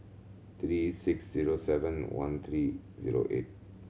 three six zero seven one three zero eight